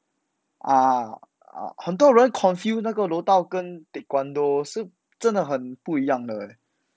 ah ah 很多人 confuse 那个柔道跟 taekwondo 是真的很不一样的